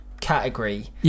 category